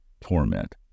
torment